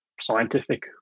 scientific